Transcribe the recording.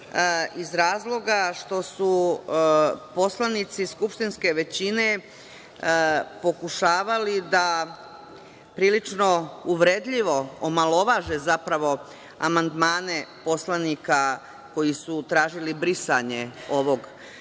iz razloga što su poslanici skupštinske većine pokušavali da prilično uvredljivo omalovaže zapravo amandmane poslanika koji su tražili brisanje ovog člana